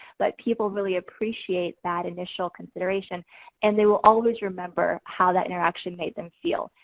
but people really appreciate that initial consideration and they will always remember how that interaction made them feel.